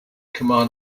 command